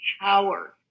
power